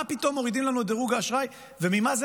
גם ביכולת שלנו להמשיך וליהנות מצמיחה כלכלית,